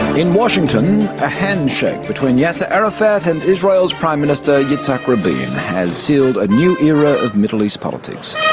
in washington, a handshake between yasser arafat and israel's prime minister, yitzhak rabin, has sealed a new era of middle east politics.